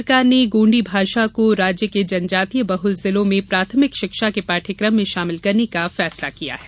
प्रदेश सरकार ने गोंडी भाषा को राज्य के जनजातीय बहुल जिलों में प्राथमिक शिक्षा के पाठ्यक्रम में शामिल करने का फैसला किया है